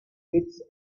its